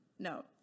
No